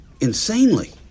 insanely